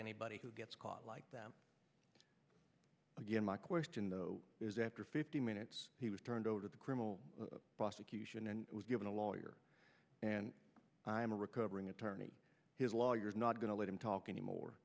anybody who gets caught like that again my question though is after fifteen minutes he was turned over to the criminal prosecution and was given a lawyer and i'm a recovering attorney his lawyer is not going to let him talk any more